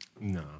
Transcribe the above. No